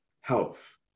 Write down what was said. health